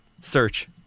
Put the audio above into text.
search